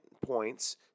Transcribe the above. points